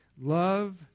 Love